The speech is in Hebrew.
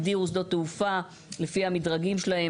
הגדירו שדות תעופה לפני המדרגים שלהם.